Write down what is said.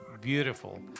beautiful